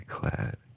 clad